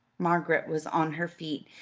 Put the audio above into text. margaret was on her feet,